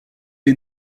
est